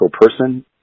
person